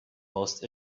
most